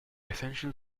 essential